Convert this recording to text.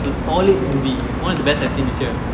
it's a solid movie one of the best I've seen this year